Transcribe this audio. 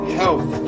health